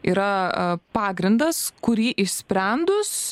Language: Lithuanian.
yra pagrindas kurį išsprendus